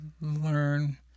learn